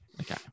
Okay